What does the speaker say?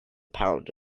pound